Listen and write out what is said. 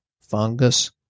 fungus